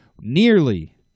nearly